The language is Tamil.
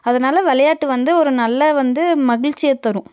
அதனால் விளையாட்டு வந்து ஒரு நல்ல வந்து மகிழ்ச்சிய தரும்